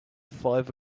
five